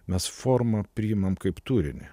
mes formą priimam kaip turinį